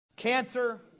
Cancer